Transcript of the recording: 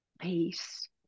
peace